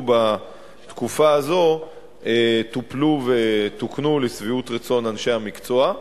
בתקופה הזאת טופלו ותוקנו לשביעות רצון אנשי המקצוע,